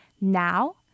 Now